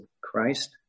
Christ